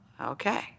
okay